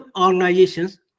organizations